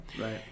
Right